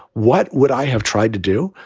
what would i have tried to do?